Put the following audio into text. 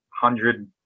hundred